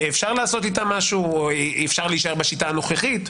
אפשר לעשות איתה משהו או אפשר להישאר בשיטה הנוכחית?